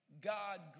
God